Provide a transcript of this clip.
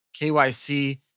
KYC